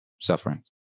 suffering